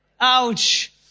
ouch